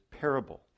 parable